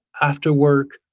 after work,